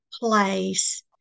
place